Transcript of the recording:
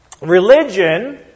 Religion